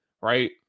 right